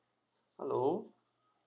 hello